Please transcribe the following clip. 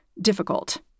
difficult